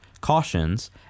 cautions